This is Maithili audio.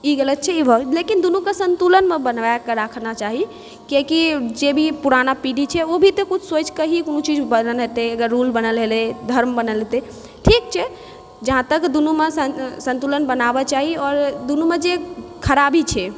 ई गलत छै लेकिन दुनूके सन्तुलनमे बनाकऽ रखना चाही कियाकी जे भी पुरना पीढ़ी छै ओ भी तऽ किछु सोचिकऽ कोनो चीज बनेने हेतै अगर रूल बनल हेतै धर्म बनल हेतै ठीक छै जहाँ तक दुनूमे सन्तुलन बनाबऽ चाही आओर दुनुमे जे खराबी छै